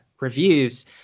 reviews